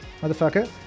motherfucker